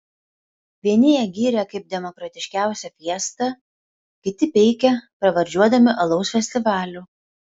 vieni ją gyrė kaip demokratiškiausią fiestą kiti peikė pravardžiuodami alaus festivaliu